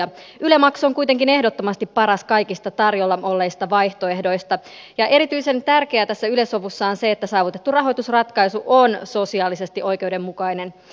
yle maksu on kuitenkin ehdottomasti paras kaikista tarjolla olleista vaihtoehdoista ja erityisen tärkeää tässä yle sovussa on se että saavutettu rahoitusratkaisu on sosiaalisesti oikeudenmukainen